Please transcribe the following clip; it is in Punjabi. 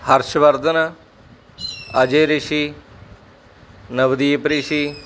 ਹਰਸ਼ਵਰਧਨ ਅਜੇ ਰਿਸ਼ੀ ਨਵਦੀਪ ਰਿਸ਼ੀ